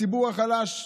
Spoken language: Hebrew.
הציבור החלש,